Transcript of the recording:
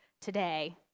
today